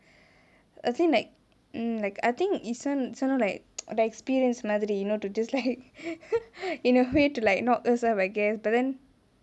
I think like mm like I think this [one] this [one] like ஒரு:oru experience மாதிரி:maathiri you know to just like in a way to like knock yourself I guess but then